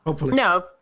No